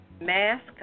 mask